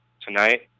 tonight